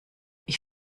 ich